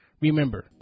Remember